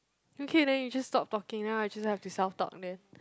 okay then you just stop talking and I'll just have to self talk then